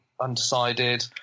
undecided